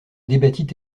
débattit